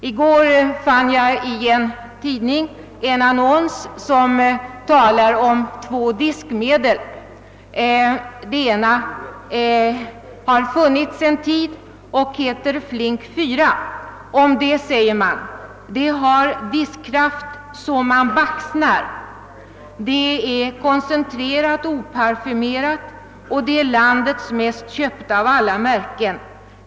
I går såg jag i en tidning en annons som talar om två diskmedel. Det ena har funnits en tid och heter Flink 4. Om det skriver man att det »har diskkraft så man baxnar. Ett koncentrerat och oparfymerat diskmedel. ———= Landets mest köpta av alla märken.